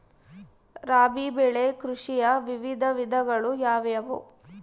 ರಾಬಿ ಬೆಳೆ ಕೃಷಿಯ ವಿವಿಧ ವಿಧಗಳು ಯಾವುವು?